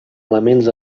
elements